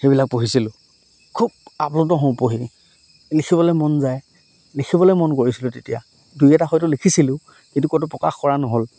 সেইবিলাক পঢ়িছিলোঁ খুব আপ্লুত হওঁ পঢ়ি লিখিবলৈ মন যায় লিখিবলৈ মন কৰিছিলোঁ তেতিয়া দুই এটা হয়তো লিখিছিলোঁ কিন্তু ক'তো প্ৰকাশ কৰা নহ'ল